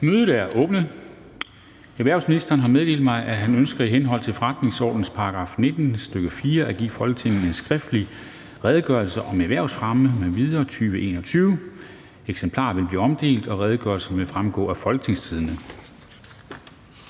Mødet er åbnet. Erhvervsministeren (Simon Kollerup) har meddelt mig, at han ønsker i henhold til forretningsordenens § 19, stk. 4, at give Folketinget en skriftlig Redegørelse om erhvervsfremme m.v. 2021. (Redegørelse nr. R 18). Eksemplarer vil blive omdelt, og redegørelsen vil fremgå af Folketingstidende.